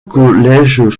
collège